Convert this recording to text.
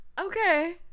Okay